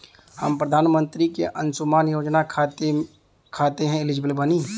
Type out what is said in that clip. हम प्रधानमंत्री के अंशुमान योजना खाते हैं एलिजिबल बनी?